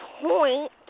point